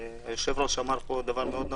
היושב ראש אמר פה דבר מאוד נכון,